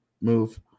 move